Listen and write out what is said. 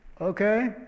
okay